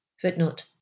Footnote